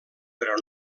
però